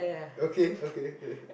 okay okay